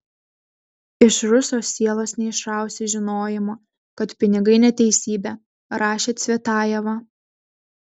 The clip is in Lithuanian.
iš ruso sielos neišrausi žinojimo kad pinigai neteisybė rašė cvetajeva